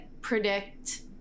predict